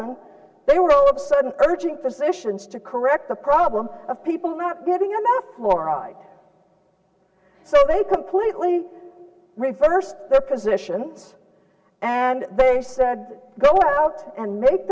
thousand they were all of a sudden urging physicians to correct the problem of people not getting m f more alive so they completely reversed their position and they said go out and make